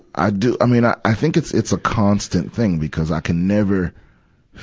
i do. i mean i, i think it's, it's a constant thing, because i can never,